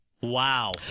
Wow